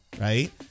right